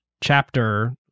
chapter